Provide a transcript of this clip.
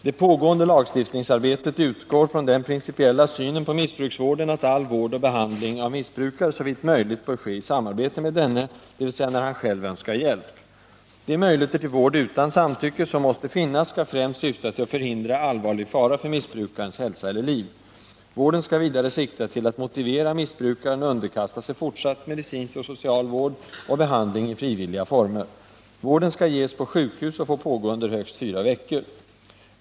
Det pågående lagstiftningsarbetet utgår från den principiella synen på missbruksvården att all vård och behandling av en missbrukare såvitt möjligt bör ske i samarbete med denne, dvs. när han själv önskar hjälp. De möjligheter till vård utan samtycke, som måste finnas, skall främst syfta till att förhindra allvarlig fara för missbrukarens hälsa eller liv. Vården skall vidare sikta till att motivera missbrukaren att underkasta sig fortsatt medicinsk och social vård och behandling i frivilliga former. Vården skall ges på sjukhus och få pågå under högst fyra veckor.